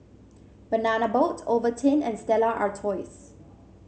Banana Boat Ovaltine and Stella Artois